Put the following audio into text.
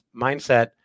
mindset